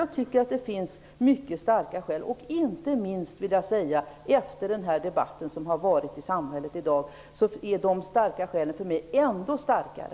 Jag tycker att det finns mycket starka skäl. Inte minst med tanke på den debatt som förs i samhället i dag är de starka skälen, för mig, ännu starkare.